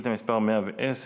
שאילתה מס' 110: